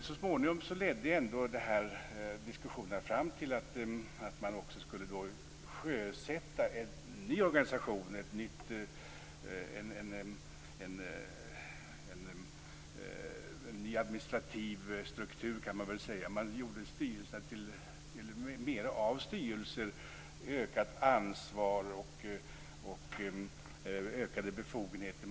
Så småningom ledde de här diskussionerna fram till att man också skulle sjösätta en ny organisation, en ny administrativ struktur, kan man väl säga. Man gjorde styrelserna till mer av styrelser med ökat ansvar och ökade befogenheter.